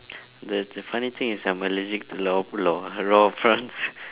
the the funny thing is I'm allergic to law law raw prawns